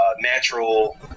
natural